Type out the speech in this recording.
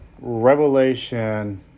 Revelation